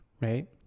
right